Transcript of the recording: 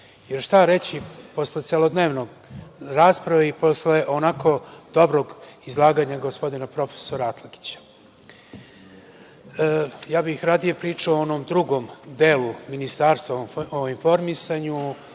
šta reći posle celodnevne rasprave i posle onako dobrog izlaganja profesora Atlagića. Ja bih radije priznao pričao o delu Ministarstva o informisanju,